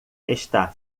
está